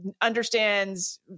understands